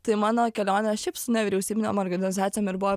tai mano kelionė šiaip su nevyriausybinėm organizacijom ir buvo